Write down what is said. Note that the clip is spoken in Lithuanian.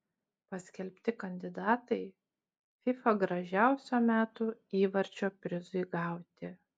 paskelbti kandidatai fifa gražiausio metų įvarčio prizui gauti